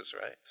right